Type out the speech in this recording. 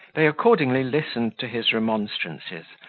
they accordingly listened to his remonstrances,